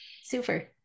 Super